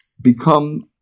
become